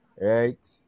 right